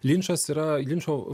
linčas yra linčo